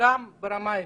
גם ברמה האישית,